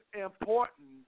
important